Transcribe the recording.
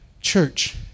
church